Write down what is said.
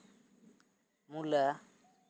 ᱢᱩᱞᱟᱹ